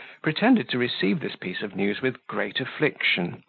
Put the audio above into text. pretended to receive this piece of news with great affliction,